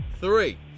Three